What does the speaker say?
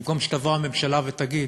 במקום שתבוא הממשלה ותגיד: